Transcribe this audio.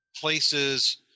places